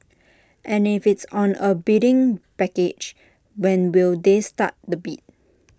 and if it's on A bidding package when will they start the bid